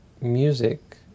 music